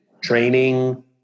training